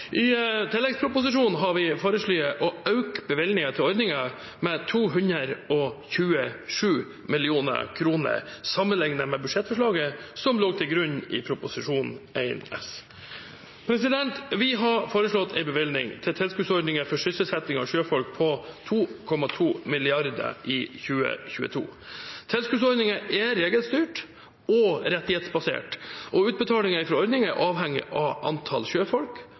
I tilleggsproposisjonen har vi foreslått å øke bevilgningen til ordningen med 227 mill. kr sammenlignet med budsjettforslaget som lå til grunn i Prop. 1 S. Vi har foreslått en bevilgning til tilskuddsordninger for sysselsetting av sjøfolk på 2,2 mrd. kr i 2022. Tilskuddsordninger er regelstyrt og rettighetsbasert, og utbetalinger fra ordningene er avhengig av antall sjøfolk